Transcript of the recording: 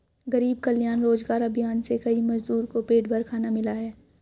गरीब कल्याण रोजगार अभियान से कई मजदूर को पेट भर खाना मिला है